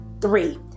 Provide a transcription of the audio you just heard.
Three